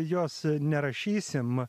jos nerašysim